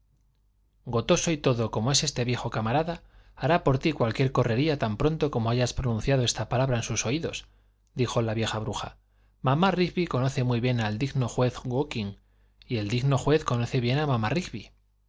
gotoso y todo como es este viejo camarada hará por ti cualquiera correría tan pronto como hayas pronunciado esta palabra en sus oídos dijo la vieja bruja mamá rigby conoce muy bien al digno juez gookin y el digno juez conoce bien a mamá